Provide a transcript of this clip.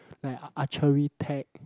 like archery tag